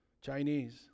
Chinese